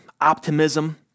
optimism